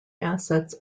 assets